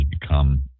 become